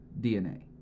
DNA